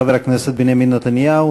חבר הכנסת בנימין נתניהו.